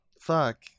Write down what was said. fuck